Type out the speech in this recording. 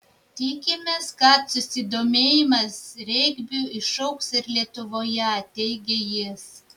tikimės kad susidomėjimas regbiu išaugs ir lietuvoje teigė jis